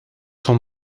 son